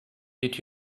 did